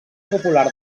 popular